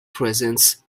presents